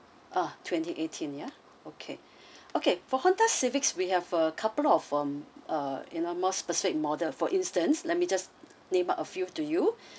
ah twenty-eighteen yeah okay okay for Honda civic we have a couple of um uh in a more specific model for instance let me just name a few to you